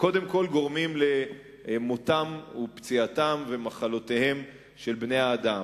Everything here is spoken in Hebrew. קודם כול גורמים למותם ולפציעתם ולמחלותיהם של בני-האדם.